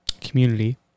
community